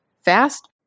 fast